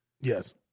Yes